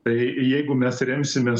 tai jeigu mes remsimės